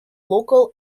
local